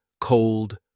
cold